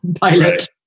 pilot